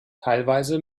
teilweise